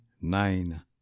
nine